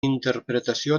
interpretació